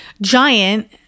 Giant